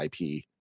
ip